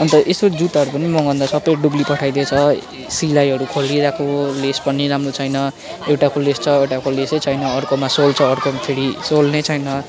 अन्त यसो जुत्ताहरू पनि मगाउँदा सबै डुब्ली पठाइदिएछ सिलाइहरू खोलिइरहेको लेस पनि राम्रो छैन एउटाको लेस छ एउटाको लेसै छैन अर्कोमा सोल छ अर्कोमा फेरि सोल नै छैन